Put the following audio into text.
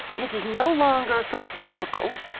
this is no longer philosophical.